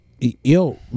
Yo